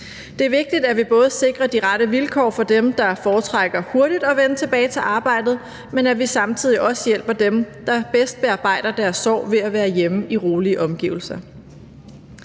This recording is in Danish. Det er vigtigt, at vi både sikrer de rette vilkår for dem, der foretrækker hurtigt at vende tilbage til arbejdet, og at vi samtidig også hjælper dem, der bedst bearbejder deres sorg ved at være hjemme i rolige omgivelser.